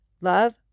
Love